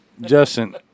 justin